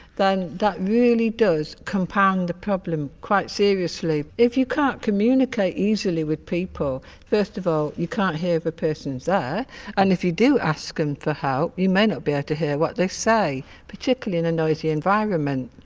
then that really does compound the problem quite seriously. if you can't communicate easily with people, first of all, you can't hear if a person's there and if you do ask them for help you may not be able to hear what they say, particularly in a noisy environment.